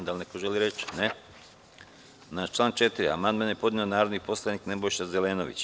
Da li neko želi reč? (Ne) Na član 4. amandman je podneo narodni poslanik Nebojša Zelenović.